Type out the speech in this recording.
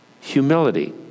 Humility